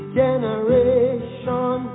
generation